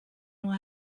nur